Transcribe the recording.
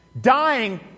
dying